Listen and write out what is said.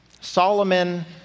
Solomon